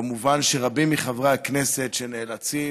במובן שרבים מחברי הכנסת שנאלצים,